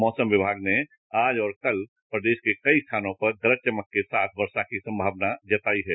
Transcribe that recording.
मौसम विगाग ने आज और कल प्रदेश के कई स्थानों पर गरज चमक के साथ वर्षा की संभावना जताई है